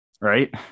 Right